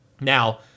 Now